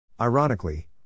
Ironically